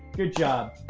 good job.